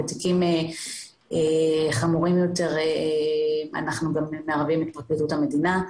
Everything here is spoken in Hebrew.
בתיקים חמורים יותר אנחנו גם מערבים את פרקליטות המדינה.